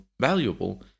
valuable